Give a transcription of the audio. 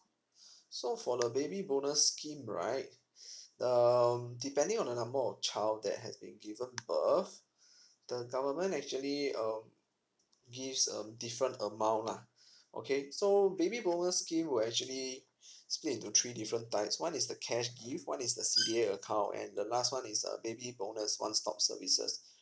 so for the baby bonus scheme right the um depending on the number of child that has been given birth the government actually um gives um different amount lah okay so baby bonus scheme will actually split into three different types one is the cash gift one is the C_D_A account and the last one is a baby bonus one stop services